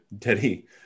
Teddy